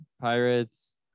Pirates